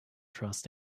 trust